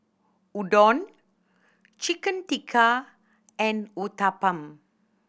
Udon Chicken Tikka and Uthapam